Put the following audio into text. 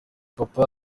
papa